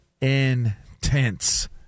intense